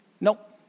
Nope